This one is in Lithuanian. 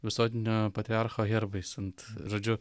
visuotinio patriarcho herbais ant žodžiu